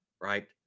Right